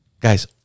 guys